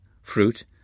fruit